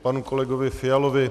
K panu kolegovi Fialovi.